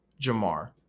Jamar